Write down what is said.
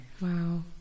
Wow